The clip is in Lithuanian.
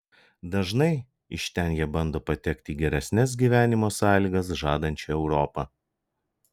dažnai iš ten jie bando patekti į geresnes gyvenimo sąlygas žadančią europą